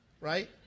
right